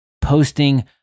posting